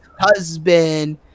husband